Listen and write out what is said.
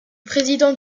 président